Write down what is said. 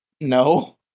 No